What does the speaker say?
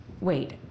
Wait